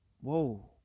whoa